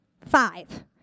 five